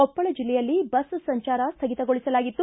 ಕೊಪ್ಪಳ ಜಿಲ್ಲೆಯಲ್ಲಿ ಬಸ್ ಸಂಚಾರ ಸ್ಥಗಿತಗೊಳಿಸಲಾಗಿತ್ತು